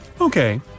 Okay